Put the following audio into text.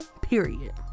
Period